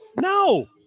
No